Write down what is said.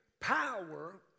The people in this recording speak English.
power